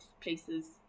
places